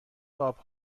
قاب